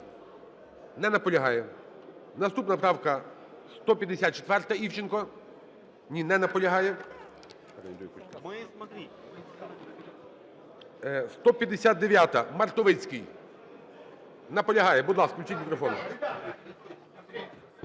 Не наполягає. Наступна правка - 154-а, Івченко. Ні, не наполягає. 159-а, Мартовицький. Наполягає. Будь ласка, включіть мікрофон.